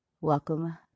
Welcome